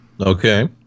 okay